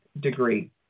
degree